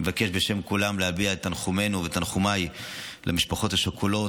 אני מבקש בשם כולם להביע את תנחומינו ותנחומיי למשפחות השכולות,